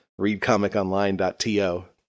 readcomiconline.to